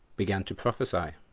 began to prophesy.